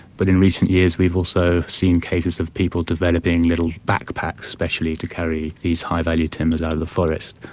but in recent years we've also seen cases of people developing little backpacks especially to carry these high value timbers out of the forests,